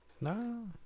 No